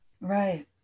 Right